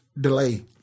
delay